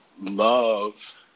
love